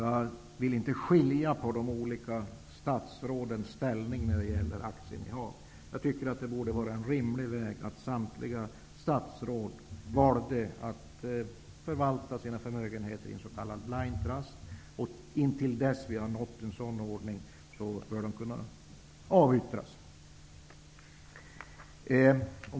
Jag vill inte skilja på de olika statsrådens ställning när det gäller aktieinnehav. Jag tycker att det borde vara rimligt att samtliga statsråd valde att förvalta sina förmögenheter i en s.k. blind trust. Till dess att vi har uppnått en sådan ordning bör innehaven kunna avyttras.